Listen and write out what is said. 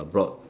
brought